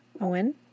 Owen